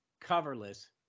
coverless